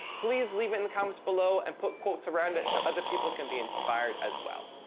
please leave it in the comments below, and put quotes around it so other people can be inspired as well.